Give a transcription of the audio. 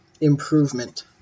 improvement